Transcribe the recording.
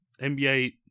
NBA